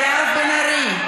אינה נוכחת גברתי מירב בן ארי.